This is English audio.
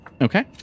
Okay